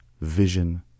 vision